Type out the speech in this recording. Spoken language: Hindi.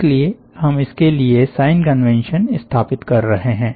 इसलिए हम इसके लिए साइन कन्वेंशन स्थापित कर रहे हैं